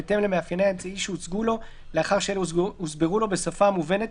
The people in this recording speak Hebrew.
האמירה לגבי ההסבר בשפה המובנת